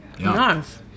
Nice